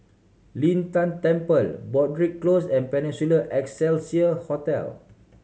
Lin Tan Temple Broadrick Close and Peninsula Excelsior Hotel